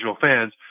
fans